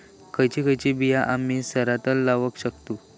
खयची खयची बिया आम्ही सरायत लावक शकतु?